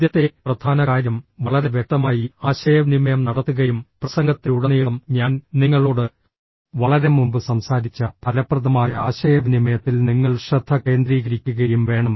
ആദ്യത്തെ പ്രധാന കാര്യം വളരെ വ്യക്തമായി ആശയവിനിമയം നടത്തുകയും പ്രസംഗത്തിലുടനീളം ഞാൻ നിങ്ങളോട് വളരെ മുമ്പ് സംസാരിച്ച ഫലപ്രദമായ ആശയവിനിമയത്തിൽ നിങ്ങൾ ശ്രദ്ധ കേന്ദ്രീകരിക്കുകയും വേണം